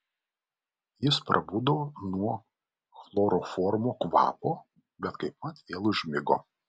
jis prabudo nuo chloroformo kvapo bet kaipmat vėl užmigo